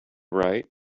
right